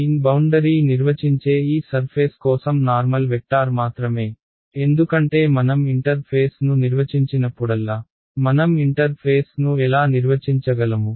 n boundary నిర్వచించే ఈ surface కోసం నార్మల్ వెక్టార్ మాత్రమే ఎందుకంటే మనం ఇంటర్ఫేస్ను నిర్వచించినప్పుడల్లా మనం ఇంటర్ఫేస్ను ఎలా నిర్వచించగలము